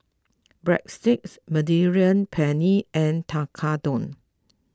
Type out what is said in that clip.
Breadsticks Mediterranean Penne and Tekkadon